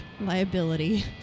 Liability